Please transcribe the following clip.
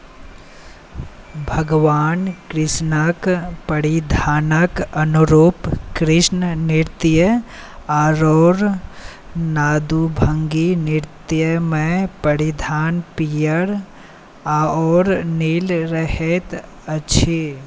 भगवान कृष्णक परिधानक अनुरूप कृष्ण नृत्य आओर नादुभंगी नृत्यमे परिधान पीयर आओर नील रहैत अछि